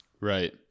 Right